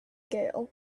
gale